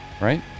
right